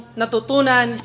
natutunan